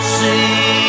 see